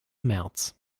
märz